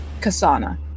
Kasana